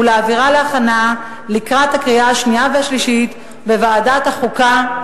ולהעבירה להכנה לקראת קריאה שנייה ושלישית בוועדת החוקה,